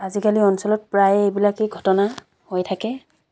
আজিকালি অঞ্চলত প্ৰায়ে এইবিলাকেই ঘটনা হৈ থাকে